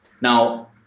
Now